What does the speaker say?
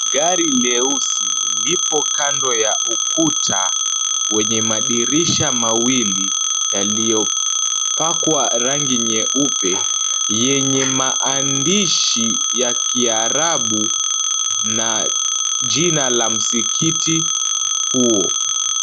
Gari leusi lipo kando ya ukuta wenye madirisha mawili yaliyopakwa rangi nyeupe, yenye maandishi ya kiarabu na jina la msikiti huo.